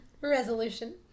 resolution